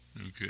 Okay